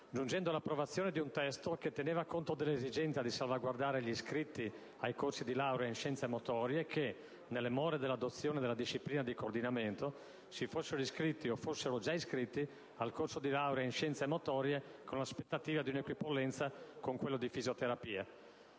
giungendo all'approvazione di un testo che teneva conto dell'esigenza di salvaguardare gli iscritti ai corsi di laurea in scienze motorie che, nelle more dell'adozione della disciplina di coordinamento, si fossero iscritti o fossero già iscritti al corso di laurea in scienze motorie con l'aspettativa di un'equipollenza con quello di fisioterapia.